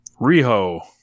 Riho